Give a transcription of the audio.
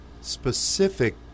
specific